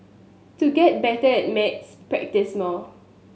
to get better at maths practise more